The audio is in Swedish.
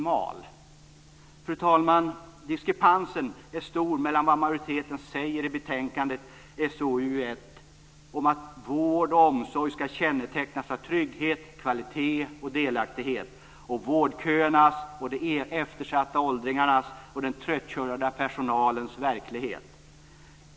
Fru talman! Diskrepansen är stor mellan vad majoriteten säger i betänkandet SoU1 om att vård och omsorg skall kännetecknas av trygghet, kvalitet och delaktighet och vårdköernas och de eftersatta åldringarnas och den tröttkörda personalens verklighet.